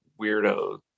weirdo